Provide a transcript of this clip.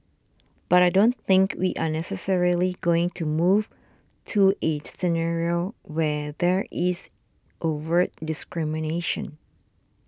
but I don't think we are necessarily going to move to a scenario where there is overt discrimination